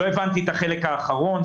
לא הבנתי את החלק האחרון.